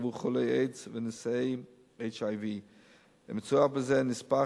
עבור חולי איידס ונשאי HIV. מצורף בזה נספח